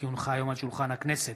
כי הונחה היום על שולחן הכנסת,